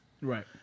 Right